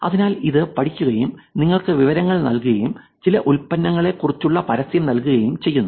അതിനാൽ ഇത് പഠിക്കുകയും നിങ്ങൾക്ക് വിവരങ്ങൾ നൽകുകയും ചില ഉൽപ്പന്നങ്ങളെക്കുറിച്ചുള്ള പരസ്യം നൽകുകയും ചെയ്യുന്നു